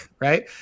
right